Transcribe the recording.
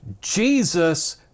Jesus